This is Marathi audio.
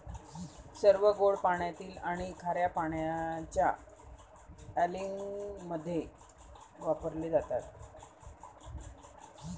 सर्व गोड पाण्यातील आणि खार्या पाण्याच्या अँलिंगमध्ये वापरले जातात